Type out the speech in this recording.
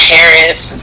Harris